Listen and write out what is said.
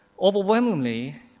Overwhelmingly